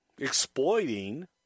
exploiting